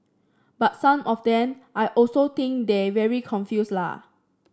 but some of them I also think they very confuse la